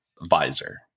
visor